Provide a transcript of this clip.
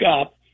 up